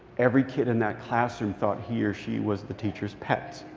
every kid in that classroom thought he or she was the teacher's pet.